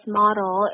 model